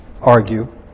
argue